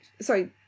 Sorry